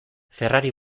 ferrari